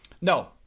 No